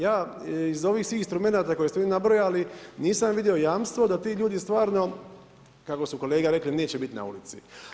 Ja iz ovih svih instrumenata koje ste vi nabrojali nisam vidio jamstvo da ti ljudi stvarno, kako su kolege rekli neće biti na ulici.